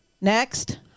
Next